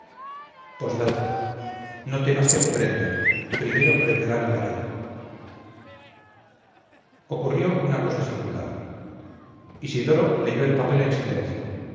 d no temas que te prendan primero prenderán al rey ocurrió una cosa singular isidoro leyó el papel en silencio